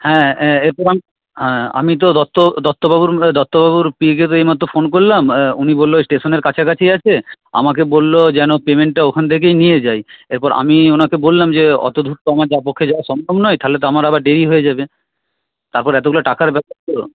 হ্যাঁ আমি তো দত্ত দত্তবাবুর দত্তবাবুর পিএকে তো এইমাত্র ফোন করলাম উনি বলল স্টেশনের কাছাকাছি আছে আমাকে বললো যেন পেমেন্টটা ওখান থেকেই নিয়ে যাই এরপর আমি ওঁকে বললাম যে অত দূর তো আমার যাওয়া পক্ষে যাওয়া সম্ভব নয় তাহলে তো আমার আবার দেরি হয়ে যাবে তারপর এতগুলা টাকার ব্যাপার তো